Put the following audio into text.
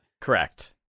Correct